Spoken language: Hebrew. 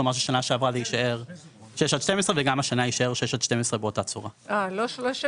כלומר ששנה שעברה זה יישאר 6 עד 12 וגם השנה יישאר 6 עד 12 באותה צורה.